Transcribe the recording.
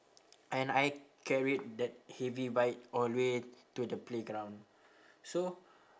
and I carried that heavy bike all the way to the playground so